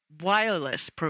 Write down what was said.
wireless